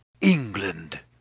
England